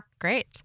Great